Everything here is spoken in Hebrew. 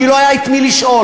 כי לא היה את מי לשאול.